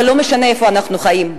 ולא משנה איפה אנחנו חיים,